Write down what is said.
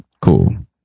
cool